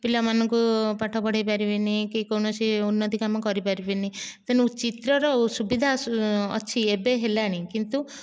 ପିଲାମାନଙ୍କୁ ପାଠ ପଢ଼େଇ ପାରିବିନି କି କୌଣସି ଉନ୍ନତି କାମ କରିପାରିବିନି ତେଣୁ ଚିତ୍ରର ସୁବିଧା ଅଛି ଏବେ ହେଲାଣି କିନ୍ତୁ